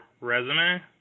resume